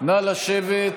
נא לשבת.